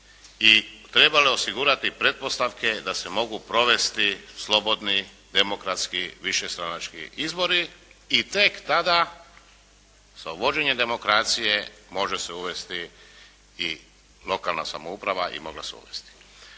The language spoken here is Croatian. i trebalo je osigurati pretpostavke da se mogu provesti slobodni demokratski višestranački izbori i tek tada sa uvođenjem demokracije može se uvesti i lokalna samouprava i mogla se uvesti.